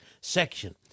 section